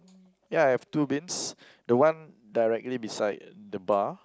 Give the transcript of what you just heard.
ya I have two bins the one directly beside the bar